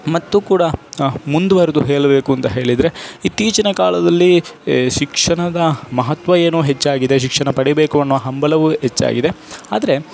ಮತ್ತು ಕೂಡ ಮುಂದುವರ್ದು ಹೇಳ್ಬೇಕು ಅಂತ ಹೇಳಿದರೆ ಇತ್ತೀಚಿನ ಕಾಲದಲ್ಲಿ ಶಿಕ್ಷಣದ ಮಹತ್ವ ಏನೋ ಹೆಚ್ಚಾಗಿದೆ ಶಿಕ್ಷಣ ಪಡೀಬೇಕು ಅನ್ನೋ ಹಂಬಲವು ಹೆಚ್ಚಾಗಿದೆ ಆದರೆ